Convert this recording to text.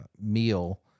meal